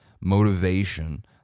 motivation